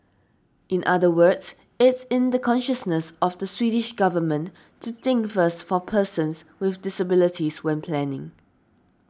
in other words it's in the consciousness of the Swedish government to think first for persons with disabilities when planning